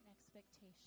expectation